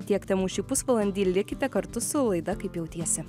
tiek temų šį pusvalandį likite kartu su laida kaip jautiesi